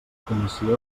comissió